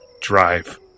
drive